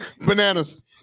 Bananas